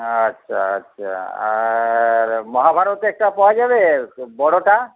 আচ্ছা আচ্ছা আর মহাভারত একটা পাওয়া যাবে বড়টা